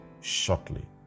shortly